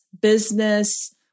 business